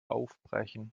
aufbrechen